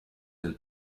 del